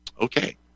okay